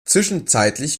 zwischenzeitlich